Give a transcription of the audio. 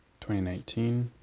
2019